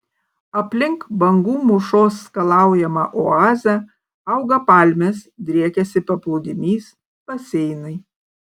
aplink bangų mūšos skalaujamą oazę auga palmės driekiasi paplūdimys baseinai